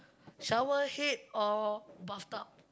shower head or bathtub